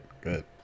good